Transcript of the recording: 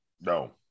No